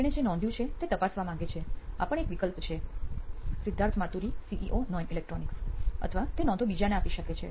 તેણે જે નોંધ્યું છે તે તપાસવા માંગે છે આ પણ એક વિકલ્પ છે સિદ્ધાર્થ માતુરી સીઇઓ નોઇન ઇલેક્ટ્રોનિક્સ અથવા તે નોંધો બીજાને આપી શકે છે